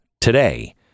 today